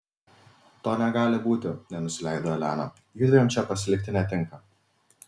to negali būti nenusileido elena judviem čia pasilikti netinka